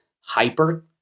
hyper